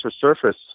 surface